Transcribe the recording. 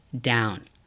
down